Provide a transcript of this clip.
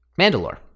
Mandalore